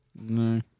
no